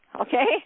Okay